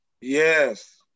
Yes